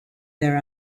their